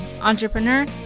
entrepreneur